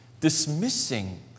dismissing